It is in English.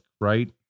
right